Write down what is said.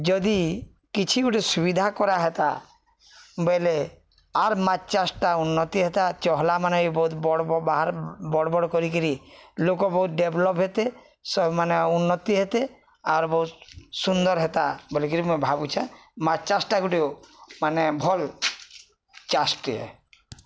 ଯଦି କିଛି ଗୋଟେ ସୁବିଧା କରା ହେତା ବେଲେ ଆର୍ ମାଛ ଚାଷଟା ଉନ୍ନତି ହେତା ଚହଲା ମାନେ ବି ବହୁତ ବଡ଼ ବାହାର୍ ବା ବଡ଼ ବଡ଼ କରିକିରି ଲୋକ ବହୁତ ଡେଭଲପ ହେତେ ସେ ମାନେ ଉନ୍ନତି ହେତେ ଆର୍ ବହୁତ ସୁନ୍ଦର ହେତା ବୋଲିକିରି ମୁଇଁ ଭାବୁଛେଁ ମାଛ୍ ଚାଷଟା ଗୋଟେ ମାନେ ଭଲ୍ ଚାଷ୍ଟିଏ